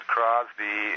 Crosby